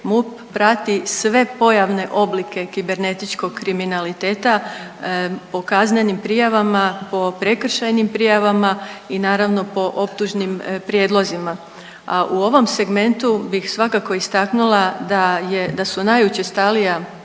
MUP prati sve pojavne oblike kibernetičkog kriminaliteta po kaznenim prijavama, po prekršajnim prijavama i naravno po otužnim prijedlozima. A u ovom segmentu bih svakako istaknula da je, da su najučestalija